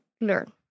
learn